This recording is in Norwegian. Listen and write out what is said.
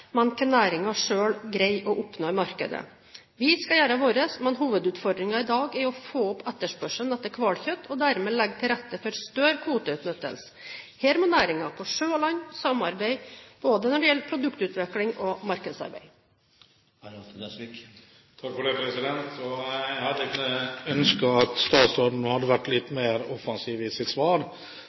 greier å oppnå i markedet. Vi skal gjøre vårt, men hovedutfordringen i dag er å få opp etterspørselen etter hvalkjøtt og være med på å legge til rette for større kvoteutnyttelse. Her må næringen – på sjø og land – samarbeide både når det gjelder produktutvikling, og når det gjelder markedsarbeid. Jeg hadde egentlig ønsket at statsråden hadde vært litt mer offensiv i sitt svar.